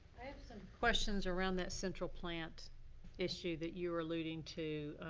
have some questions around that central plant issue that you were alluding to,